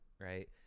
right